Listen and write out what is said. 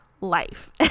Life